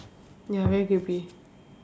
ya very creepy